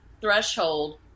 threshold